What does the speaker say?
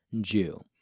Jew